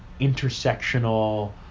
intersectional